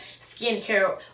skincare